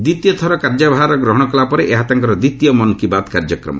ଦ୍ୱିତୀୟଥର କାର୍ଯ୍ୟଭାର ଗ୍ରହଣ କଲା ପରେ ଏହା ତାଙ୍କର ଦ୍ୱିତୀୟ ମନ୍ କି ବାତ୍ କାର୍ଯ୍ୟକ୍ରମ